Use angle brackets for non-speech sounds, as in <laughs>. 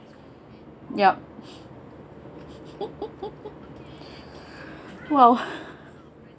yup <laughs> !wow!